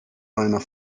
meiner